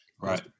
Right